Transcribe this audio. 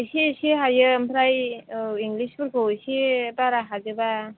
इसे इसे हायो ओमफ्राय औ इंलिसफोरखौ इसे बारा हाजोबा